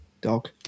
dog